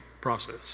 process